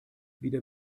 wieder